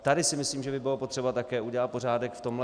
Tady si myslím, že by bylo potřeba také udělat pořádek v tomto.